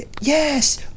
yes